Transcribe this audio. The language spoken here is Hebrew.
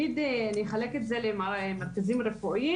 ביחס למרכזים רפואיים